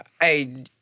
Hey